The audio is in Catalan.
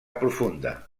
profunda